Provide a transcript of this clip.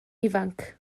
ifanc